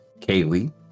Kaylee